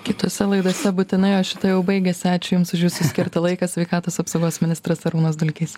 kitose laidose būtinai o šita jau baigiasi ačiū jums už jūsų skirtą laiką sveikatos apsaugos ministras arūnas dulkys